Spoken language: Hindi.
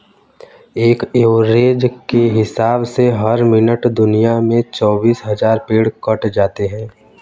एक एवरेज के हिसाब से हर मिनट दुनिया में चौबीस हज़ार पेड़ कट जाते हैं